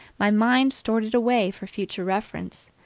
my mind stored it away for future reference,